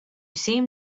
seem